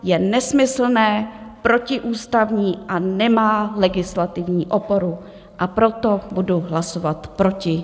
Je nesmyslné, protiústavní a nemá legislativní oporu, a proto budu hlasovat proti.